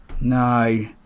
no